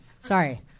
Sorry